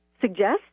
suggest